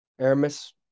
Aramis